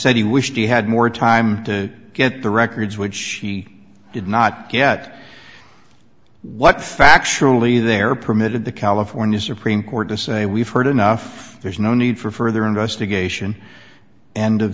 said he wished he had more time to get the records which he did not get what factually they're permitted the california supreme court to say we've heard enough there's no need for further investigation end of